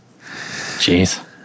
Jeez